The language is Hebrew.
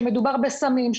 שמדובר בסמים,